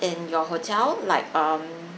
in your hotel like um